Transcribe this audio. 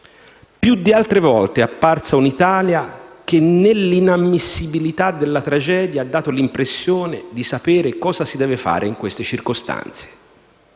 Più di altre volte è apparsa un'Italia che, nell'inammissibilità della tragedia, ha dato l'impressione di sapere cosa si deve fare in queste circostanze.